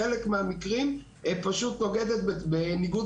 בחלק מהמקרים הרשות פשוט עומדת בניגוד